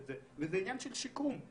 זה עניין של שיקום,